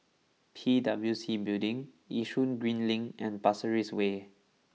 P W C Building Yishun Green Link and Pasir Ris Way